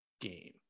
game